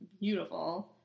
beautiful